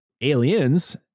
Aliens